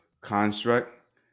construct